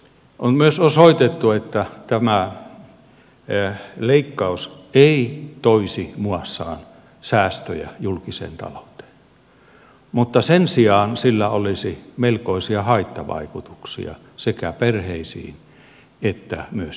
on myös osoitettu että tämä leikkaus ei toisi muassaan säästöjä julkiseen talouteen mutta sen sijaan sillä olisi melkoisia haittavaikutuksia sekä perheisiin että myös yhteisesti